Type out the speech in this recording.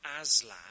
Aslan